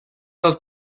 los